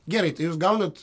gerai tai jūs gaunat